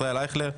ישראל אייכלר,